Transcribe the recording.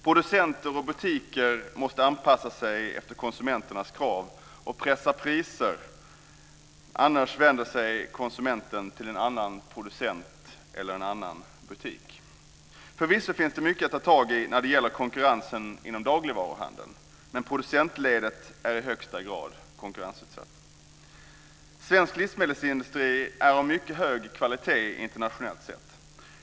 Producenter och butiker måste anpassa sig efter konsumenternas krav och pressa priser - annars vänder sig konsumenterna till en annan producent eller en annan butik. Förvisso finns det mycket att ta tag i när det gäller konkurrensen inom dagligvaruhandeln, men producentledet är i högsta grad konkurrensutsatt. Svensk livsmedelsindustri är av mycket hög kvalitet internationellt sett.